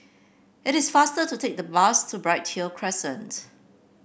it is faster to take the bus to Bright Hill Crescent